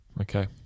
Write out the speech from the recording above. Okay